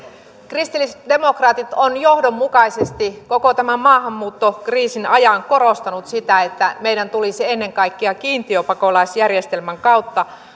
kristillisdemokraatit ovat johdonmukaisesti koko tämän maahanmuuttokriisin ajan korostaneet sitä että meidän tulisi ennen kaikkea kiintiöpakolaisjärjestelmän kautta